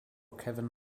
kevin